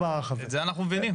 את זה אנחנו מבינים.